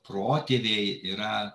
protėviai yra